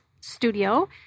studio